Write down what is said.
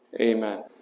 Amen